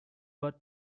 but